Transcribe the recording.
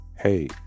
hey